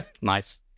Nice